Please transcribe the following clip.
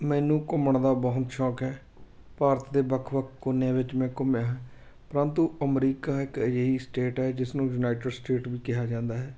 ਮੈਨੂੰ ਘੁੰਮਣ ਦਾ ਬਹੁਤ ਸ਼ੌਕ ਹੈ ਭਾਰਤ ਦੇ ਵੱਖ ਵੱਖ ਕੋਨਿਆਂ ਵਿੱਚ ਮੈਂ ਘੁੰਮਿਆ ਹੈ ਪਰੰਤੂ ਅਮਰੀਕਾ ਇੱਕ ਅਜਿਹੀ ਸਟੇਟ ਹੈ ਜਿਸ ਨੂੰ ਯੂਨਾਈਟਡ ਸਟੇਟ ਵੀ ਕਿਹਾ ਜਾਂਦਾ ਹੈ